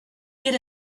get